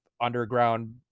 underground